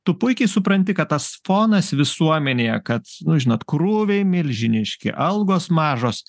tu puikiai supranti kad tas fonas visuomenėje kad nu žinot krūviai milžiniški algos mažos